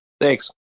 Thanks